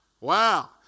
Wow